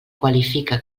qualifica